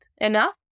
enough